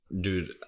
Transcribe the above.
Dude